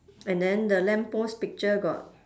and then the lamp post picture got